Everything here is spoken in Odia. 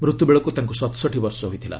ମୃତ୍ୟବେଳକୁ ତାଙ୍କ ସତଷଠୀ ବର୍ଷ ହୋଇଥିଲା